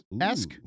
esque